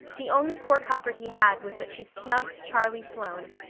the only poor comfort he had was that she snubbed charlie sloane,